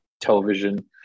television